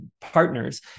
partners